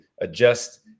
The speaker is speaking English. adjust